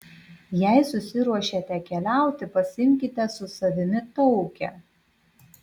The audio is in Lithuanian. jei susiruošėte keliauti pasiimkite su savimi taukę